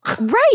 Right